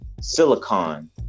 silicon